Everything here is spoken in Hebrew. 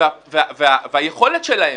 והיכולת שלהם,